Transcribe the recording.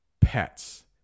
pets